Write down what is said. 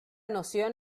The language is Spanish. noción